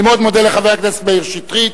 אני מאוד מודה לחבר הכנסת מאיר שטרית.